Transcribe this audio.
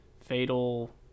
fatal